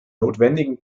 notwendigen